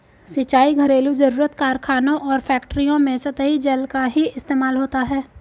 सिंचाई, घरेलु जरुरत, कारखानों और फैक्ट्रियों में सतही जल का ही इस्तेमाल होता है